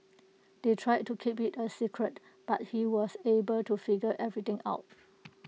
they tried to keep IT A secret but he was able to figure everything out